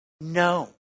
no